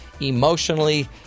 emotionally